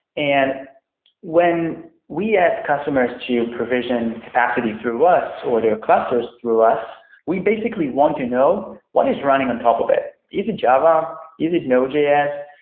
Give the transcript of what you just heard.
and when we as customers to provision capacity through us or their clusters through us, we basically want to know what is running on top of it. is it java? is it node js?